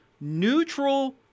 neutral